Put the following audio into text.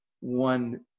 one